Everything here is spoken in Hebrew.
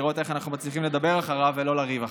לראות איך אנחנו מצליחים לדבר אחריו ולא לריב אחריו.